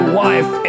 wife